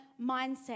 mindset